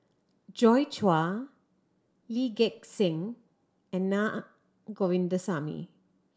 Joi Chua Lee Gek Seng and Naa Govindasamy